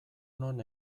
non